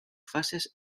fases